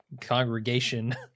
congregation